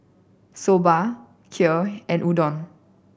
Soba Kheer and Udon